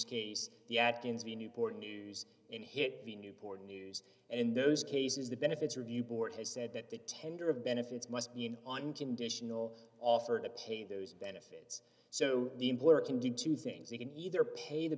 case the atkins v newport news in hit the newport news and in those cases the benefits review board has said that the tender of benefits must be an unconditional offer to pay those benefits so the employer can do two things you can either pay the